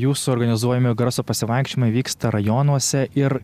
jūsų organizuojami garso pasivaikščiojimai vyksta rajonuose ir